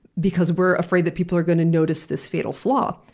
because we're afraid that people are going to notice this fatal flaw.